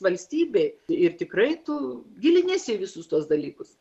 valstybėj ir tikrai tu giliniesi į visus tuos dalykus